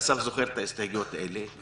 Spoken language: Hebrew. ואסף זוכר את ההסתייגויות האלה.